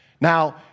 Now